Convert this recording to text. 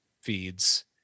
feeds